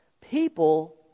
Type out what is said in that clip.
People